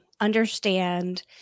understand